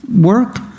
work